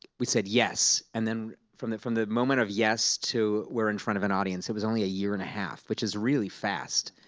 we said yes. and then from the from the moment of yes to we're in front of an audience, it was only a year and a half, which is really fast,